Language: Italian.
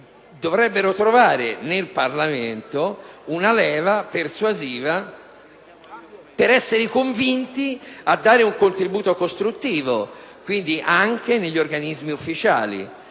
dovrebbero trovare nel Parlamento una leva persuasiva per essere convinti a dare un contributo costruttivo, quindi anche negli organismi ufficiali.